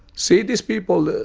see, these people,